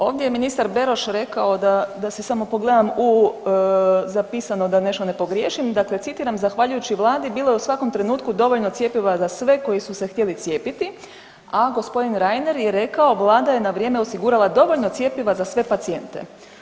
Ovdje je ministar Beroš rekao, da si samo pogledam zapisano da nešto ne pogriješim, dakle citiram „zahvaljujući vladi bilo je u svakom trenutku dovoljno cjepiva za sve koji su se htjeli cijepiti“, a g. Reiner je rekao „vlada je na vrijeme osigurala dovoljno cjepiva za sve pacijente“